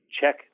check